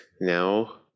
now